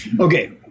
Okay